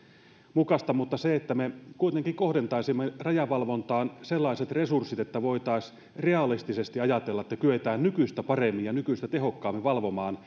mukaista mutta tärkeää on että me kuitenkin kohdentaisimme rajavalvontaan sellaiset resurssit että voitaisiin realistisesti ajatella että kyetään nykyistä paremmin ja nykyistä tehokkaammin valvomaan